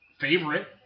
favorite